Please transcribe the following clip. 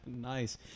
Nice